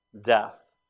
Death